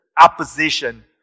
opposition